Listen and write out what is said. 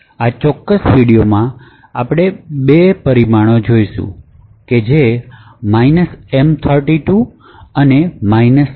આ ચોક્કસ વિડિઓ માટે ચોક્કસ બે પરિમાણો જોઈશું છે કે M32 અને G છે